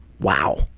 Wow